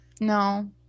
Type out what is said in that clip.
No